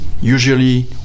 usually